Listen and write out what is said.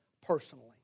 personally